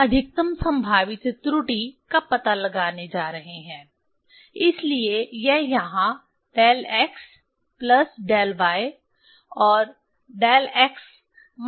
हम अधिकतम संभावित त्रुटि का पता लगाने जा रहे हैं इसलिए यह यहां del x plus del y और डेल x माइनस डेल y है